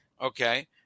okay